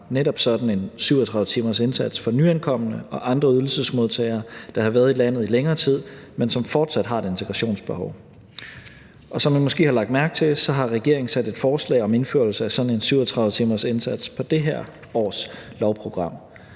en sådan 37-timersindsats for nyankomne og andre ydelsesmodtagere, der havde været i landet i længere tid, men som fortsat havde et integrationsbehov. Som I måske har lagt mærke til, har regeringen sat et forslag om indførelsen af en sådan 37-timersindsats på det her års lovprogram.